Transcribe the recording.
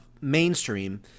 mainstream